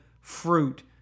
fruit